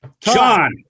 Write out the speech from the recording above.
john